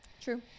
True